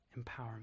empowerment